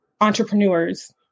entrepreneurs